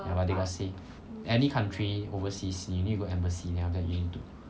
ya but they got say any country overseas you need to go to embassy then after that you need to